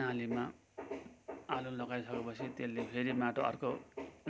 नालीमा आलु लगाइसकेपछि त्यसले फेरि माटो अर्को